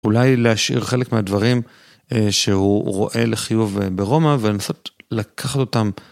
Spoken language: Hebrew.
אולי להשאיר חלק מהדברים שהוא רואה לחיוב ברומא ולנסות לקחת אותם.